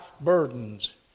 burdens